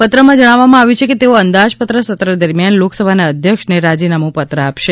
પત્રમાં જણાવવામાં આવ્યું છે કે તેઓ અંદાજપત્ર સત્ર દરમિયાન લોકસભાના અધ્યક્ષને રાજીનામું પત્ર આપશે